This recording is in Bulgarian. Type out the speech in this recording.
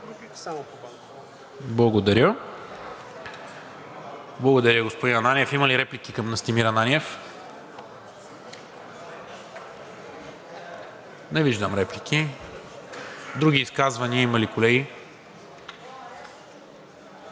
Благодаря Ви, господин Ананиев. Има ли реплики към Настимир Ананиев? Не виждам. Други изказвания има ли, колеги?